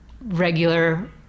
regular